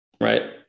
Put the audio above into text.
right